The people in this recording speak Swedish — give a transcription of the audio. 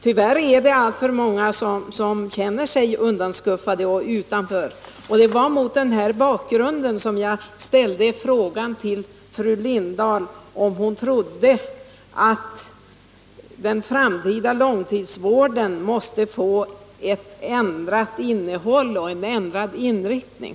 Tyvärr är det alltför många som känner sig undanskuffade och utanför. Det var mot den bakgrunden som jag ställde frågan till fru Lindahl om hon trodde att den framtida långtidsvården måste få ett ändrat innehåll och en ändrad inriktning.